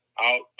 out